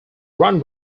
run